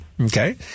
Okay